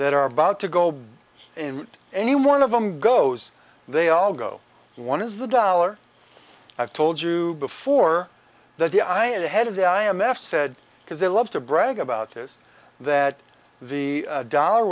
that are about to go and any one of them goes they all go one is the dollar i've told you before that the eye of the head of the i m f said because they love to brag about this that the dollar